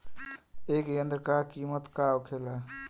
ए यंत्र का कीमत का होखेला?